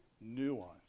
nuance